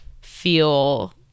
feel